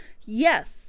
Yes